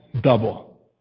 double